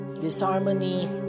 disharmony